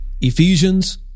Ephesians